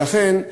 לכן,